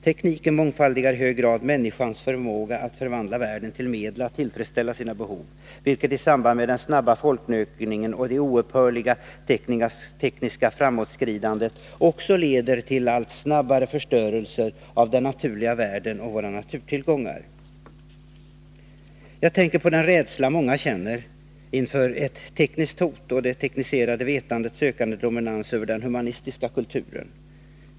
Tekniken mångfaldigar i hög grad människans förmåga att förvandla världen till medel att tillfredsställa sina behov, vilket i samband med den snabba folkökningen och det oupphörliga tekniska framåtskridandet leder till allt snabbare förstörelse av den naturliga världen och våra naturtillgångar. Jag tänker på den rädsla vi känner inför ett tekniskt hot och det tekniserade vetandets dominans över den mänskliga kulturen.